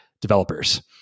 developers